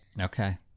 Okay